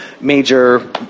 major